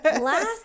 last